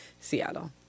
Seattle